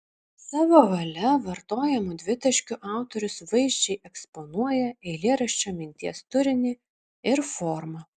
savo valia vartojamu dvitaškiu autorius vaizdžiai eksponuoja eilėraščio minties turinį ir formą